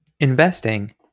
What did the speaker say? Investing